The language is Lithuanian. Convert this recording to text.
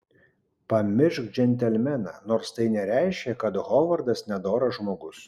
pamiršk džentelmeną nors tai nereiškia kad hovardas nedoras žmogus